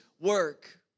work